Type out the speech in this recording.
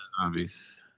zombies